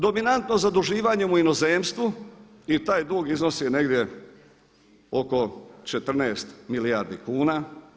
Dominantno zaduživanjem u inozemstvu i taj dug iznosi negdje oko 14 milijardi kuna.